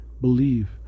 believe